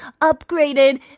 upgraded